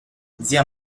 zia